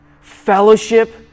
Fellowship